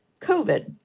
COVID